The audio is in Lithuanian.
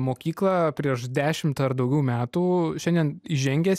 mokyklą prieš dešimt ar daugiau metų šiandien įžengęs